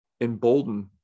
embolden